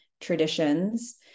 traditions